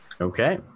Okay